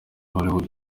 hollywood